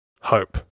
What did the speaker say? hope